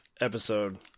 episode